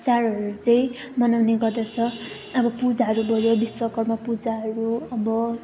चाडहरू चाहिँ मनाउने गर्दछ अब पूजाहरू भयो विश्वकर्मा पूजाहरू अब